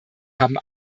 haben